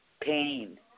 pain